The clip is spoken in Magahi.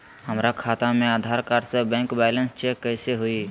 हमरा खाता में आधार कार्ड से बैंक बैलेंस चेक कैसे हुई?